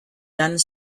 done